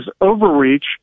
overreach